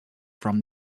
from